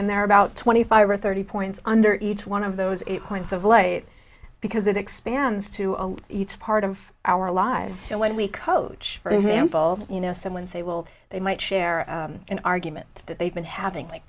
in there about twenty five or thirty points under each one of those points of light because it expands to each part of our lives so when we coach for example you know someone say well they might share an argument that they've been having